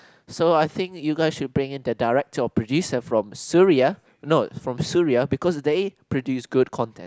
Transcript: so I think you guys should bring in the director or producer from Suria no from Suria because they produce good content